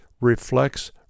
reflects